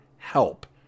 H-E-L-P